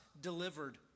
delivered